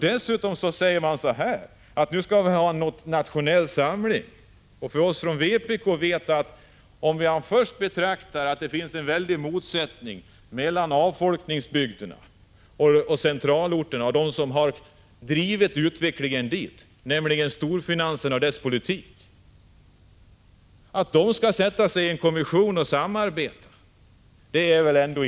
Dessutom säger de borgerliga att vi nu skall ha en nationell samling. Men om vi först beaktar att det finns en väldig motsättning mellan avfolkningsbygderna och centralorterna och de som drivit fram utvecklingen, nämligen storfinansen och dess politik, är det väl ändå en illusion att tro att man skall kunna samarbeta i en kommission.